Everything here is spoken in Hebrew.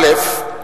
"א.